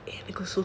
ammavae illa enakku soththu